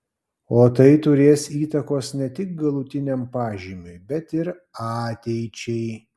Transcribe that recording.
o tai turės įtakos ne tik galutiniam pažymiui bet ir ateičiai